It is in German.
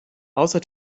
außer